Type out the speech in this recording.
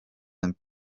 and